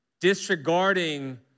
disregarding